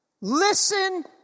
Listen